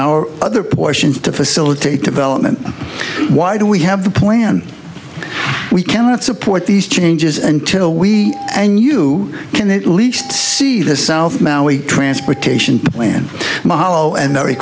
our other portions to facilitate development why do we have the plan we cannot support these changes until we can you can at least see the south maui transportation plan malo and